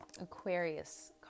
Aquarius